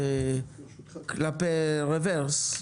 רוורס,